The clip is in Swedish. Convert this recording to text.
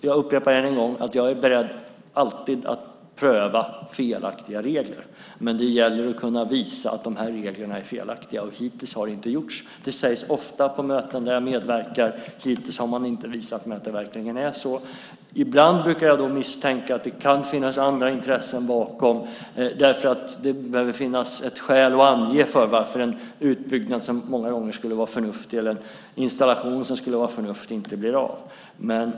Jag upprepar att jag alltid är beredd att pröva felaktiga regler. Men det gäller att kunna visa att det är reglerna som är felaktiga. Hittills har det inte gjorts. Det sägs ofta på möten där jag medverkar, men hittills har man inte visat mig att det verkligen är så. Ibland brukar jag misstänka att det kan finnas andra intressen bakom. Man behöver ett skäl att ange för att en utbyggnad eller installation som annars skulle vara förnuftig inte blir av.